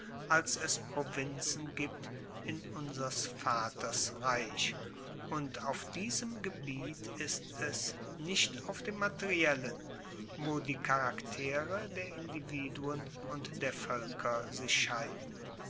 als es provinzen gibt in unsers vaters reich und auf diesem gebiet ist es nicht auf dem materiellen wo die charaktere der individuen und der voelker sich scheiden